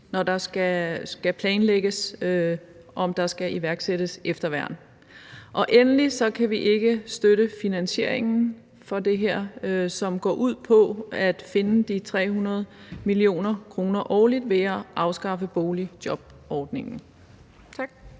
at det planlægges, om der skal iværksættes efterværn. Endelig kan vi ikke støtte finansieringen af det her, som går ud på at finde de 300 mio. kr. årligt ved at afskaffe boligjobordningen. Tak.